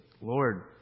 Lord